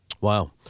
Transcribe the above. Wow